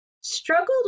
struggled